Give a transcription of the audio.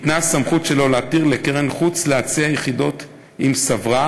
לרשות ניירות ערך ניתנה סמכות שלא להתיר לקרן חוץ להציע יחידות אם סברה,